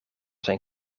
zijn